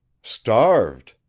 starved!